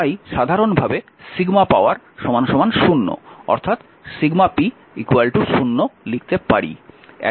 তাই সাধারণভাবে sigma power 0 অর্থাৎ p 0 লিখতে পারি